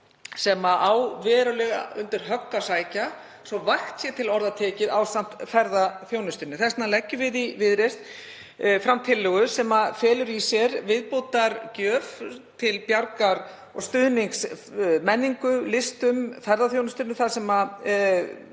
sem á verulega undir högg að sækja, svo að vægt sé til orða tekið, ásamt ferðaþjónustu. Þess vegna leggjum við í Viðreisn fram tillögu sem felur í sér viðbótargjöf til bjargar og stuðnings menningu, listum og ferðaþjónustu þar sem við